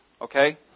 Okay